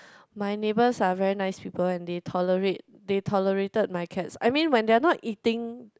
my neighbours are very nice people and they tolerate they tolerated my cats I mean when they are not eating